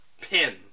pin